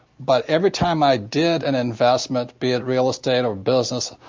but every time i did an investment, be it real estate or business,